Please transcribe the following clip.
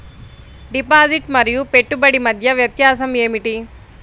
Deposit మరియు పెట్టుబడి మధ్య వ్యత్యాసం ఏమిటీ?